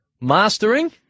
mastering